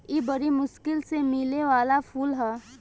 इ बरी मुश्किल से मिले वाला फूल ह